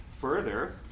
further